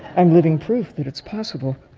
i'm living proof that it's possible.